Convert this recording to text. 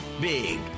big